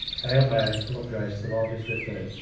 hail mary, full of grace, the lord is with thee,